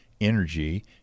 energy